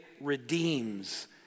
redeems